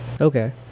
Okay